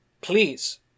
Please